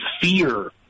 Fear